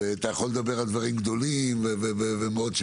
אתה יכול לדבר על דברים גדולים מאוד שמעניינים,